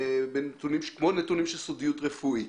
כי הם מוגנים כמו נתונים של סודיות רפואית.